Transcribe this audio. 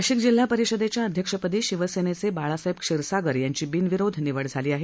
नाशिक जिल्हा परिषदख्या अध्यक्षपदी शिवसेनेचे बाळासाहेब क्षीरसागर यांची बिनविरोध निवड झाली आहे